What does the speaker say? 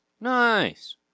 nice